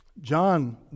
John